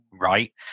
right